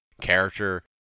character